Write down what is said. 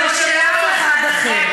לא של אף אחד אחר.